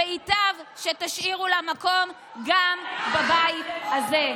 וייטב שתשאירו לה מקום גם בבית הזה.